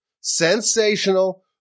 sensational